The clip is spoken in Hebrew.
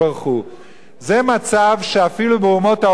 זה מצב שאפילו באומות העולם לא שמענו,